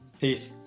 Peace